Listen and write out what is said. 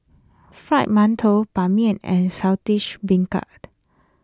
Fried Mantou Ban Mian and Saltish Beancurd